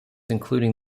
including